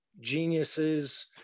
geniuses